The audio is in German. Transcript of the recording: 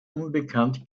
unbekannt